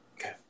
Okay